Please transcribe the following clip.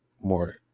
more